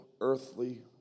earthly